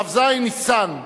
בכ"ז בניסן,